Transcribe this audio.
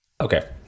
Okay